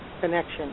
connection